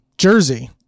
Jersey